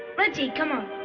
let's eat. come on.